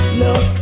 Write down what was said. look